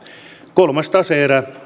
kolmas tase erä